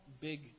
big